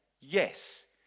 Yes